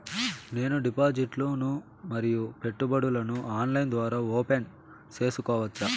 నేను డిపాజిట్లు ను మరియు పెట్టుబడులను ఆన్లైన్ ద్వారా ఓపెన్ సేసుకోవచ్చా?